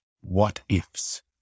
what-ifs